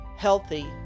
healthy